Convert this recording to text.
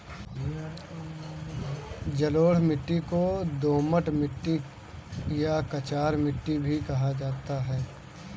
जलोढ़ मिट्टी को दोमट मिट्टी या कछार मिट्टी भी कहा जाता है